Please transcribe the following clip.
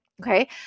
Okay